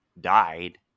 died